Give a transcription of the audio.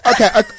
Okay